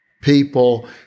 people